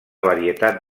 varietat